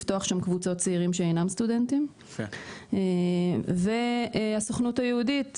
לפתוח של קבוצות צעירים שאינם סטודנטים והסוכנות היהודית,